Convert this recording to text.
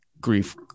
Grief